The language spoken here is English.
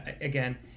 Again